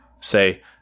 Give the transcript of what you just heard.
Say